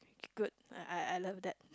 K good I I love that